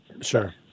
Sure